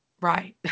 right